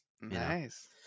Nice